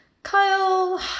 Kyle